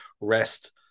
rest